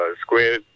square